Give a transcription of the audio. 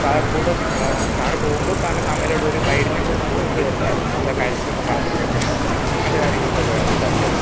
താഴെ കൂടുതൽ സാർ പോകുമ്പോൾ സാറിൻ്റെ ഫാമിലിയുടെ കൂടെ ഒര് ഗൈഡിനേയും കൂടെ നമ്മള് വിട്ട് തരുന്നതായിരിക്കും നിങ്ങളുടെ കാര്യങ്ങളൊക്കെ പറഞ്ഞ് തരാനും അങ്ങനത്തെ കാര്യങ്ങൾക്കൊക്കെ വേണ്ടിയിട്ട് ആയിട്ട്